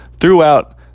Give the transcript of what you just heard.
throughout